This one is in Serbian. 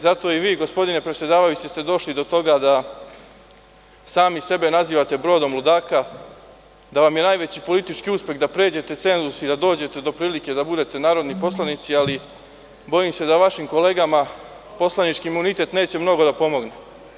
Zato i vi gospodine predsedavajući ste došli do toga da sami sebe nazivate brodom ludaka, da vam je najveći politički uspeh da pređete cenzus i da dođete do prilike da budete narodni poslanici, ali bojim se da vašim kolegama poslanički imunitet neće mnogo pomoći.